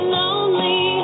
lonely